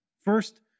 First